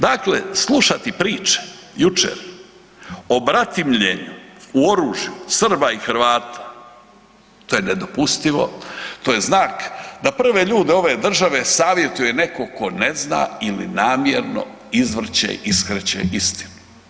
Dakle, slušati priče jučer o bratimljenju u oružju Srba i Hrvata, da je nedopustivo, to je znak da prve ljude ove države savjetuje netko tko ne zna ili namjerno izvrće, iskreće istinu.